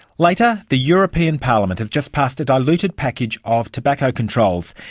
later, the european parliament has just passed a diluted package of tobacco controls,